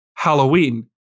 Halloween